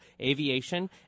Aviation